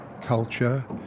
culture